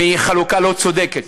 חלוקה לא צודקת.